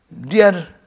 dear